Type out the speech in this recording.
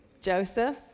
Joseph